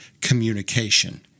communication